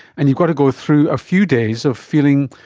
and you've got to go through a few days of feeling,